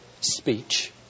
speech